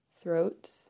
throat